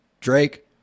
drake